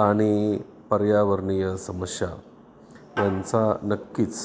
आणि पर्यावरणीय समस्या यांचा नक्कीच